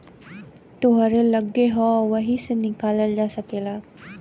तोहरे लग्गे हौ वही से निकालल जा सकेला